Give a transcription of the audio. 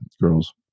girls